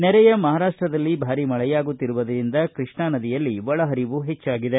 ನೆರೆಯ ಮಹಾರಾಷ್ಟದಲ್ಲಿ ಭಾರೀ ಮಳೆಯಾಗುತ್ತಿರುವುದರಿಂದ ಕೃಷ್ಣಾ ನದಿಯಲ್ಲಿ ಒಳಹರಿವು ಹೆಚ್ಚಾಗಿದೆ